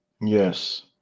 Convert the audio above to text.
Yes